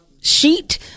sheet